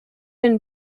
and